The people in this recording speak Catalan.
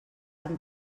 amb